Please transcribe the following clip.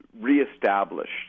Reestablished